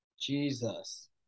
Jesus